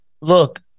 Look